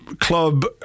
club